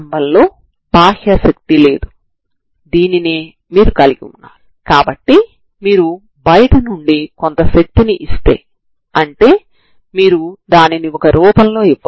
ఇక్కడ non homogeneous సమస్యను మనం రెండు సమస్యలు గా విభజిస్తాము